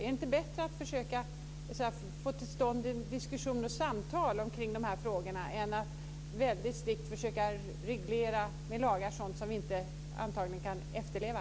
Är det inte bättre att försöka få till stånd en diskussion och ett samtal kring de här frågorna än att så väldigt strikt med lagar försöka reglera sådant som vi antagligen inte kan efterleva?